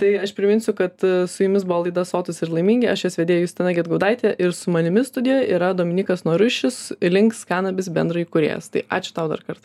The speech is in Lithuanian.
tai aš priminsiu kad su jumis buvo laida sotūs ir laimingi aš jos vedėja justina gedgaudaitė ir su manimi studijoj yra dominykas noruišis links kanabis bendraįkūrėjas tai ačiū tau dar kartą